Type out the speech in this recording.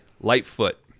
Lightfoot